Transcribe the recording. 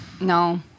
No